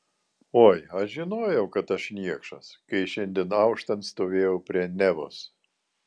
oi aš žinojau kad aš niekšas kai šiandien auštant stovėjau prie nevos